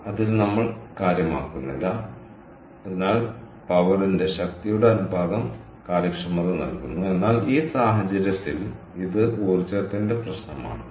അതിനാൽ നമ്മൾ കാര്യമാക്കുന്നില്ല അതിനാൽ ശക്തിയുടെ അനുപാതം കാര്യക്ഷമത നൽകുന്നു എന്നാൽ ഈ സാഹചര്യത്തിൽ ഇത് ഊർജ്ജത്തിന്റെ പ്രശ്നമാണ് ശരിയാണ്